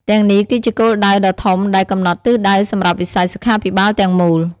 ទាំងនេះគឺជាគោលដៅដ៏ធំដែលកំណត់ទិសដៅសម្រាប់វិស័យសុខាភិបាលទាំងមូល។